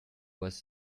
was